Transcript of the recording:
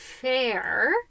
fair